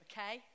Okay